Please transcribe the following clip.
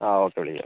ആ ഓക്കെ വിളിക്കാം